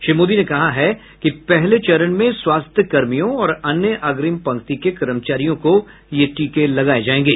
श्री मोदी ने कहा है कि पहले चरण में स्वास्थ्य कर्मियों और अन्य अग्रिम पंक्ति के कर्मचारियों को ये टीके लगाए जाएंगे